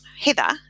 heather